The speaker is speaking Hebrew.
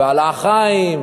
ועל האח חיים,